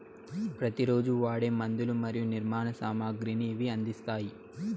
ప్రతి రోజు వాడే మందులు మరియు నిర్మాణ సామాగ్రిని ఇవి అందిస్తాయి